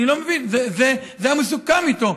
אני לא מבין, זה היה מסוכם איתו.